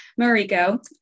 Mariko